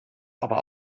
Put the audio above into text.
aber